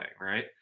right